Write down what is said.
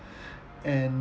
and